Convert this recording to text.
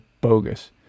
bogus